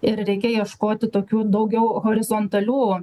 ir reikia ieškoti tokių daugiau horizontalių